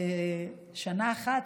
שנה אחת,